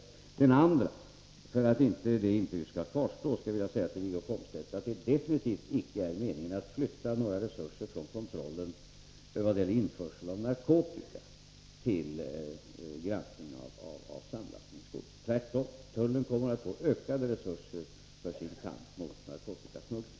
För det andra vill jag säga till Wiggo Komstedt— för att det intryck man kan ha fått inte skall kvarstå — att det definitivt icke är meningen att flytta några resurser från kontrollen vad gäller införsel av narkotika till granskningen av samlastningsgods. Tvärtom — tullen kommer att få ökade resurser för sin kamp mot narkotikasmuggling.